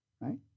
right